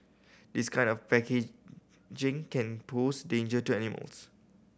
this kind of packaging can pose danger to animals